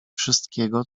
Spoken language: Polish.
wszystkiego